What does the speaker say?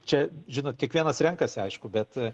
čia žinot kiekvienas renkasi aišku bet